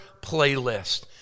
Playlist